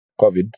covid